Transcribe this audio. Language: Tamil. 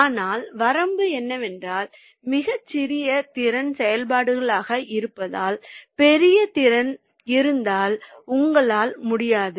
ஆனால் வரம்பு என்னவென்றால் மிகச் சிறிய திறன் செயல்பாடுகளாக இருப்பதால் பெரிய திறன் இருந்தால் உங்களால் முடியாது